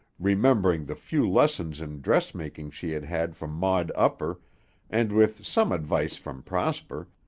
remembering the few lessons in dressmaking she had had from maud upper and with some advice from prosper,